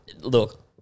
Look